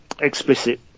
explicit